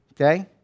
Okay